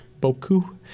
Boku